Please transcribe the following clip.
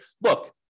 Look